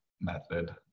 method